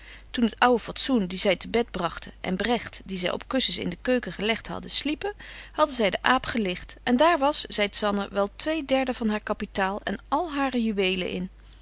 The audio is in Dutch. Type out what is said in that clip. toen het ouwe fatsoen die zy te bed bragten en bregt die zy op kussens in de keuken gelegt hadden sliepen hadden zy den aap geligt en daar was zeit zanne wel twee derde van haar capitaal en al hare juwelen in